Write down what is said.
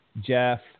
Jeff